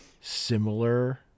similar